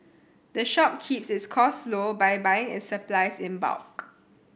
the shop keeps its costs low by buying its supplies in bulk